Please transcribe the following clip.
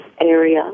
area